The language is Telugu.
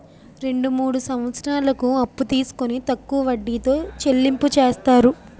రెండు మూడు సంవత్సరాలకు అప్పు తీసుకొని తక్కువ వడ్డీతో చెల్లింపు చేస్తారు